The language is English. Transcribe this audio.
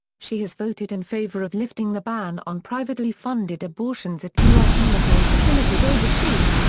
she has voted in favor of lifting the ban on privately funded abortions at u s. military facilities overseas,